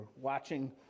watching